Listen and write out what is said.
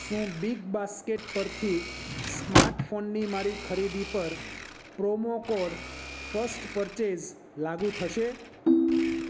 શું BigBasket પરથી smart ફોનની મારી ખરીદી પર પ્રોમો કોડ ફર્સ્ટ પરચેસ લાગુ થશે